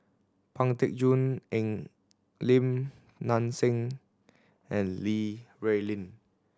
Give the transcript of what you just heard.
Pang Teck Joon Lim Nang Seng and Li Rulin